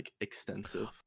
extensive